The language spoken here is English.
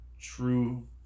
true